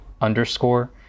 underscore